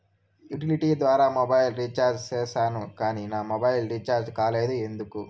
Utility ద్వారా mobile recharge సేసాను కానీ నా మొబైల్ రీచార్జి కాలేదు ఎందుకు?